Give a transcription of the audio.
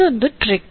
ಅದೊಂದು ಟ್ರಿಕ್